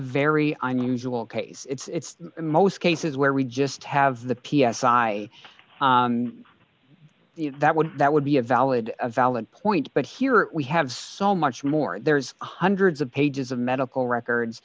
very unusual case it's in most cases where we just have the p s i i that would that would be a valid a valid point but here we have so much more there's hundreds of pages of medical records